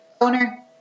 owner